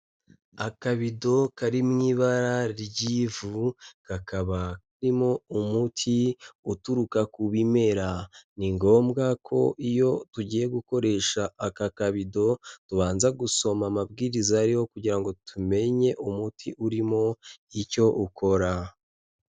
Akabido kari mu ibara ry'ivu, kakaba karimo umuti uturuka ku bimera, ni ngombwa ko iyo tugiye gukoresha aka kabido tubanza gusoma amabwiriza ariho kugira ngo tumenye umuti urimo icyo ukora.